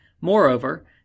Moreover